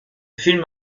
film